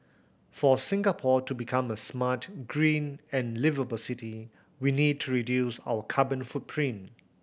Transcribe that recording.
for Singapore to become a smart green and liveable city we need to reduce our carbon footprint